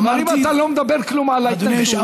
אם אתה לא מדבר על ההתנגדות,